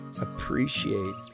appreciate